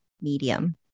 medium